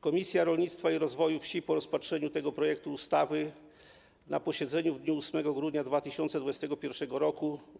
Komisja Rolnictwa i Rozwoju Wsi po rozpatrzeniu tego projektu ustawy na posiedzeniu w dniu 8 grudnia 2021 r.